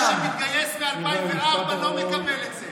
מי שהתגייס מ-2004 לא מקבל את זה.